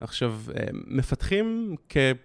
עכשיו, מפתחים כ...